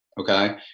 okay